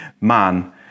man